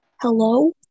Hello